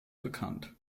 bekannt